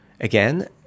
again